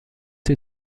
die